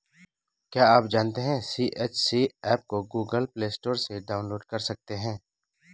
क्या आप जानते है सी.एच.सी एप को गूगल प्ले स्टोर से डाउनलोड कर सकते है?